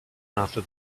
after